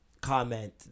comment